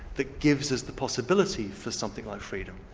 that gives us the possibility for something like freedom.